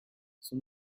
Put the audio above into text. son